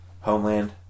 Homeland